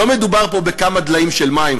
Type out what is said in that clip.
לא מדובר פה בכמה דליים של מים,